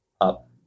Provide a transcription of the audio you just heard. up